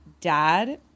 dad